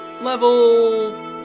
Level